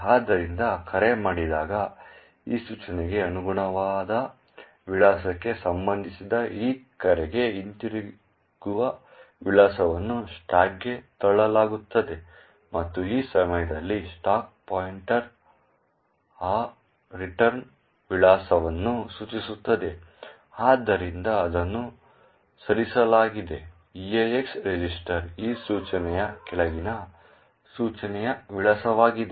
ಆದ್ದರಿಂದ ಕರೆ ಮಾಡಿದಾಗ ಈ ಸೂಚನೆಗೆ ಅನುಗುಣವಾದ ವಿಳಾಸಕ್ಕೆ ಸಂಬಂಧಿಸಿದ ಈ ಕರೆಗೆ ಹಿಂತಿರುಗುವ ವಿಳಾಸವನ್ನು ಸ್ಟಾಕ್ಗೆ ತಳ್ಳಲಾಗುತ್ತದೆ ಮತ್ತು ಆ ಸಮಯದಲ್ಲಿ ಸ್ಟಾಕ್ ಪಾಯಿಂಟರ್ ಆ ರಿಟರ್ನ್ ವಿಳಾಸವನ್ನು ಸೂಚಿಸುತ್ತದೆ ಆದ್ದರಿಂದ ಅದನ್ನು ಸರಿಸಲಾಗಿದೆ EAX ರಿಜಿಸ್ಟರ್ ಈ ಸೂಚನೆಯ ಕೆಳಗಿನ ಸೂಚನೆಯ ವಿಳಾಸವಾಗಿದೆ